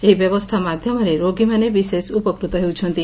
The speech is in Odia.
ଏହି ବ୍ୟବସ୍ଗା ମାଧ୍ଧମରେ ରୋଗୀମାନେ ବିଶେଷ ଉପକୁତ ହେଉଛନ୍ତି